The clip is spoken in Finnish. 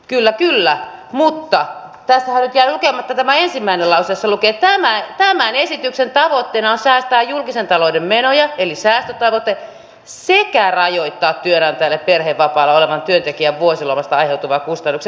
kyllä kyllä mutta tässähän nyt jäi lukematta tämä ensimmäinen lause jossa lukee että tämän esityksen tavoitteena on säästää julkisen talouden menoja eli säästötavoite sekä rajoittaa työnantajalle perhevapaalla olevan työntekijän vuosilomasta aiheutuvia kustannuksia